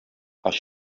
als